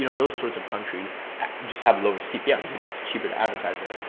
you know those sorts of countries just have lower cpms, you know, it's cheaper to advertiser.